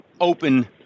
open